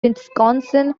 wisconsin